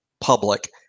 public